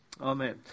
Amen